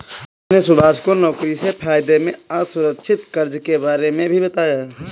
महेश ने सुभाष को नौकरी से फायदे में असुरक्षित कर्ज के बारे में भी बताया